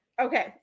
Okay